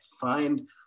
find